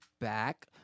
back